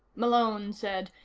malone said,